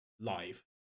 live